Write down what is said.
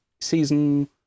season